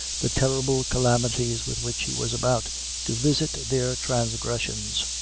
the terrible calamities with which he was about to visit their transgressions.